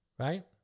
Right